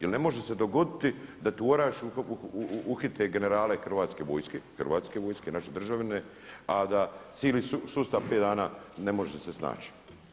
Jer ne može se dogoditi da u Orašju uhite generale Hrvatske vojske, Hrvatske vojske, naše državne a da cijeli sustav 5 dana ne može se snaći.